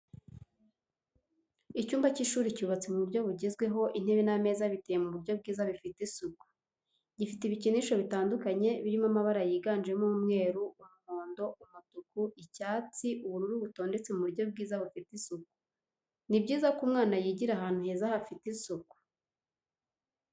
Icyumba cy'ishuri cyubatse mu buryo bugezweho intebe n'ameza biteye mu buryo bwiza bifite isuku, gifite ibikinisho bitandukanye biri mabara yiganjemo umweru, umuhondo, umutuku, icyatsi, ubururu bitondetse mu buryo bwiza bufite isuku. Ni byiza ko umwana yigira ahantu heza hafite isuku.